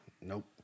nope